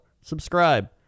subscribe